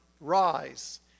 rise